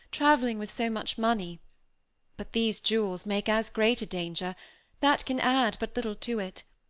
traveling with so much money but these jewels make as great a danger that can add but little to it.